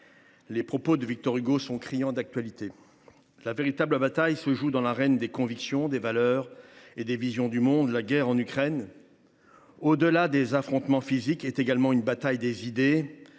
Les propos de Victor Hugo sont criants d’actualité : la véritable bataille se joue dans l’arène des convictions, des valeurs et des visions du monde. La guerre en Ukraine, au delà des affrontements physiques, est également une bataille des idées,